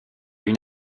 une